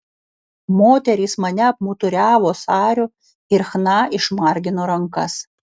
moterys mane apmuturiavo sariu ir chna išmargino rankas